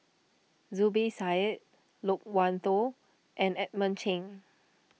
Zubir Said Loke Wan Tho and Edmund Cheng